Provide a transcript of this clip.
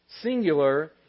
singular